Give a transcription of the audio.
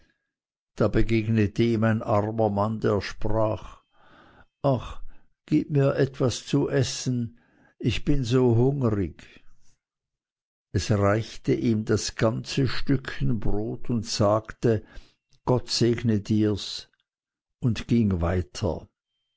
da begegnete ihm ein armer mann der sprach ach gib mir etwas zu essen ich bin so hungerig es reichte ihm das ganze stückchen brot und sagte gott segne dirs und ging weiter